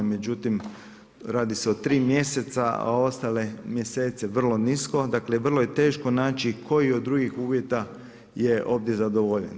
Međutim, radi se o tri mjeseca, a ostale mjesece vrlo nisko, dakle vrlo je teško naći koji je od drugih uvjeta je ovdje zadovoljen.